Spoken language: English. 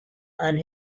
and